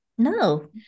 No